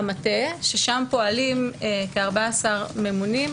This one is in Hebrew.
במטה פועלים כ-14 ממונים,